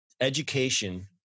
education